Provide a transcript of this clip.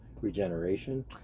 regeneration